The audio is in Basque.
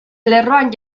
lerroan